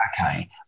Okay